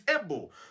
able